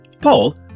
Paul